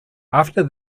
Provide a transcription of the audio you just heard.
after